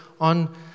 on